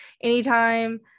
anytime